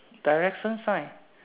Direction sign